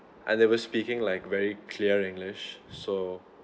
and they were speaking like very clear english so